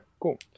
cool